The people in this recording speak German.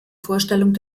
vorstellung